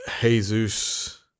Jesus